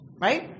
Right